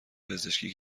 پزشکی